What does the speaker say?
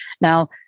Now